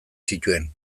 zituen